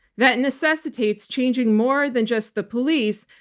that necessitates changing more than just the police,